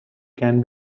can